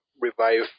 revive